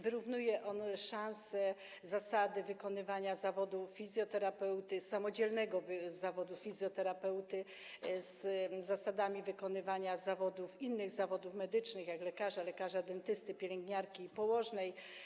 Wyrównuje on szanse, zrównuje zasady wykonywania zawodu fizjoterapeuty, samodzielnego zawodu fizjoterapeuty, z zasadami wykonywania innych zawodów medycznych, takich jak zawód lekarza, lekarza dentysty, pielęgniarki i położnej.